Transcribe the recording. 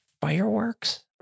Fireworks